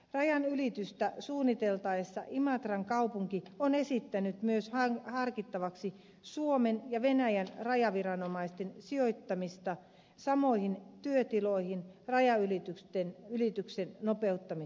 rajanylitystä suunniteltaessa imatran kaupunki on esittänyt myös harkittavaksi suomen ja venäjän rajaviranomaisten sijoittamista samoihin työtiloihin rajanylityksen nopeuttamiseksi